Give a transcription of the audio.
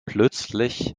plötzlich